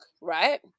right